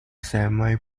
semi